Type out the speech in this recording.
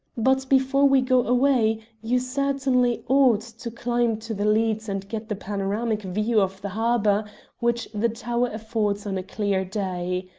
but before we go away you certainly ought to climb to the leads and get the panoramic view of the harbour which the tower affords on a clear day.